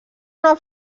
una